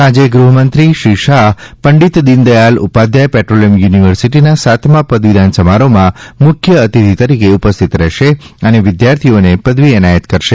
સાંજે ગૃહમંત્રી અમિત શાહ પંડીત દીન દયાળ ઉપાધ્યાય પેટ્રોલીયમ યુનિવર્સીટીના સાતમા પદવીદાન સમારોહમાં મુખ્ય અતિથી તરીકે ઉપસ્થિત રહેશે અને વિદ્યાર્થીઓને પદવી એનાયત કરશે